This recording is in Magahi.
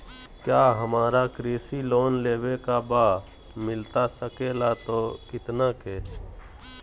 क्या हमारा कृषि लोन लेवे का बा मिलता सके ला तो कितना के?